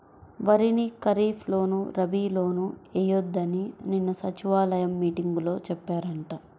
వరిని ఖరీప్ లోను, రబీ లోనూ ఎయ్యొద్దని నిన్న సచివాలయం మీటింగులో చెప్పారంట